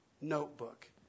notebook